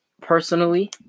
Personally